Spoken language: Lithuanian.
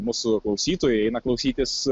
mūsų klausytojai eina klausytis